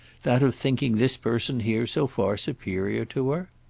that of thinking this person here so far superior to her?